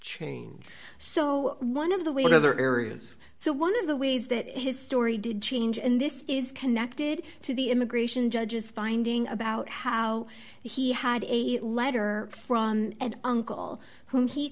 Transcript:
changed so one of the way in other areas so one of the ways that his story did change and this is connected to the immigration judges finding about how he had a letter from uncle whom he